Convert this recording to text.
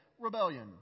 rebellion